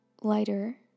lighter